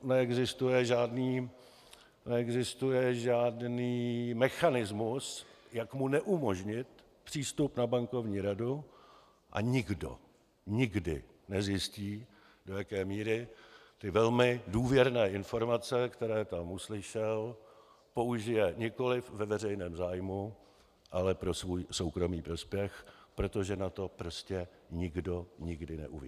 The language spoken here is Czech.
Neexistuje žádný mechanismus, jak mu neumožnit přístup na bankovní radu, a nikdo nikdy nezjistí, do jaké míry velmi důvěrné informace, které tam uslyšel, použije nikoliv ve veřejném zájmu, ale pro svůj soukromý prospěch, protože na to prostě nikdo nikdy neuvidí.